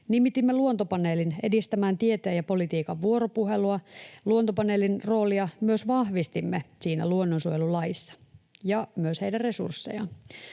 Nimitimme Luontopaneelin edistämään tieteen ja politiikan vuoropuhelua. Luonnonsuojelulaissa myös vahvistimme Luontopaneelin roolia ja myös heidän resurssejaan.